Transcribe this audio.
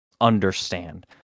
understand